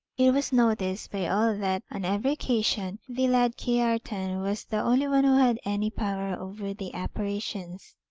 it was noticed by all that on every occasion the lad kiartan was the only one who had any power over the apparitions.